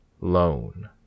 loan